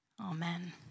Amen